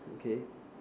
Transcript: okay